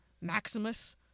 Maximus